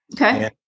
Okay